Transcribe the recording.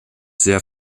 sehr